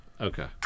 Okay